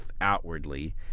outwardly